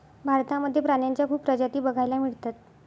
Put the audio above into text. भारतामध्ये प्राण्यांच्या खूप प्रजाती बघायला मिळतात